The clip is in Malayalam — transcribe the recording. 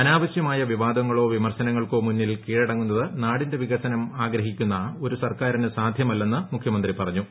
അനാവശ്യമായ വിവാദങ്ങളോ വിമർശനങ്ങൾക്കോ മുന്നിൽ കീഴടങ്ങുന്നത് നാടിന്റെ വികസനം ആഗ്രഹിക്കുന്ന ഒരു സർക്കാരിന് സാധ്യമല്ലെന്ന് മുഖ്യമന്ത്രി പറഞ്ഞു